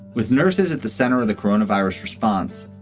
with nurses at the center of the corona virus response,